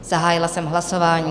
Zahájila jsem hlasování.